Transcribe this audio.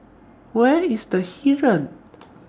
Where IS The Heeren